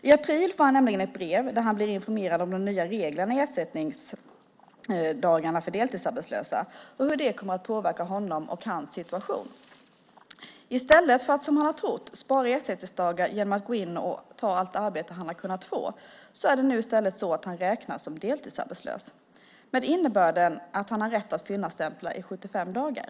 I april får han nämligen ett brev där han blir informerad om de nya reglerna om ersättningsdagarna för deltidsarbetslösa och hur det kommer att påverka honom och hans situation. I stället för att som han har trott spara ersättningsdagar genom att gå in och ta ett arbete som han har kunnat få räknas han nu som deltidsarbetslös med innebörden att han har rätt att fyllnadsstämpla i 75 dagar.